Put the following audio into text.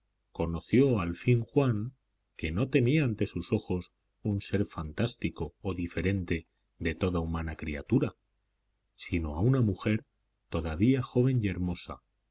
conoció al fin juan que no tenía ante sus ojos un ser fantástico o diferente de toda humana criatura sino a una mujer todavía joven y hermosa